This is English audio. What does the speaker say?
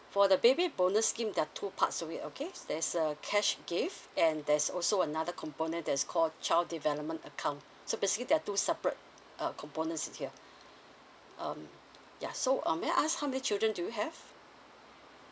for the baby bonus scheme there are two parts of it okay there's a cash gift and there's also another component that is called child development account so basically there are two separate uh components in here um ya so um may I ask how many children do you have